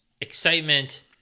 excitement